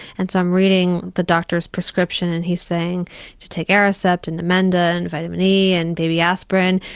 and so i'm reading the doctor's prescription and he's saying to take aricept and namenda and vitamin e and baby aspirin,